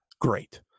Great